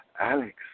Alex